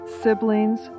siblings